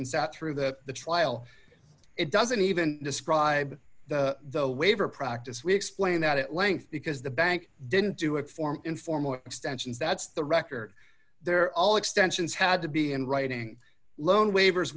and sat through that the trial it doesn't even describe the waiver practice we explain that at length because the bank didn't do it for informal extensions that's the record they're all extensions had to be in writing loan waivers